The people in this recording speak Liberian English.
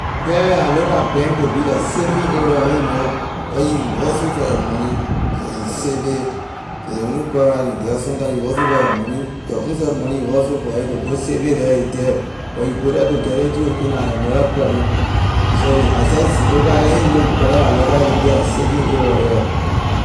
Yeah I looka bank to be like saving area you know where you hustle for your money yeah you save it ley only problem I can get sometime you hustle for your money your ownseh money you hustle for it to go save it the a the but you go the to get ley too again la another problem so is I jus looka a you know brother I looka a to be a saving area yeah.